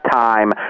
time